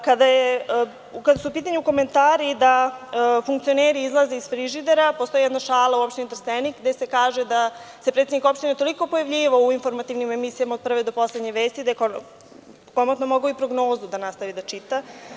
Kada su u pitanju komentari da funkcioneri izlaze iz frižidera, postoji jedna šala u opštini Trstenik gde se kaže da se predsednik opštine toliko pojavljivao u informativnim emisijama od prve do poslednje vesti da je komotno mogao i prognozu da nastavi da čita.